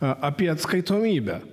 apie atskaitomybę